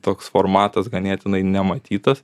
toks formatas ganėtinai nematytas